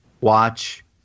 watch